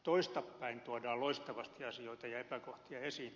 toisinpäin tuodaan loistavasti asioita ja epäkohtia esiin